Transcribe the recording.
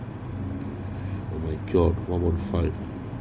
oh my god one one five